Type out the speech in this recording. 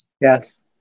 yes